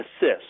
assist